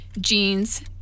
Jeans